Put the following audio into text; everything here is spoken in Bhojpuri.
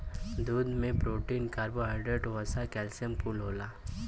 दूध में प्रोटीन, कर्बोहाइड्रेट, वसा, कैल्सियम कुल होला